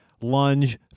lunge